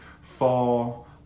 fall